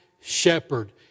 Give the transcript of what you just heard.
shepherd